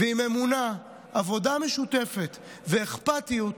ועם אמונה, עבודה משותפת ואכפתיות,